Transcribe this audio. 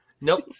Nope